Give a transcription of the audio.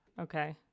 Okay